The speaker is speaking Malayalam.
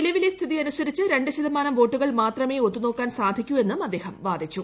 നിലവിലെ സ്ഥിതിയനുസരിച്ച് രണ്ട് ശതമാനം വോട്ടുകൾ ്മാത്രമേ ഒത്തുനോക്കാൻ സാധിക്കൂ എന്നും അദ്ദേഹം വാദിച്ചു